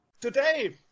Today